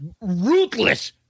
Ruthless